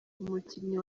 umukinnyi